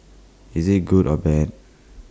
is IT good or bad